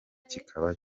kikaba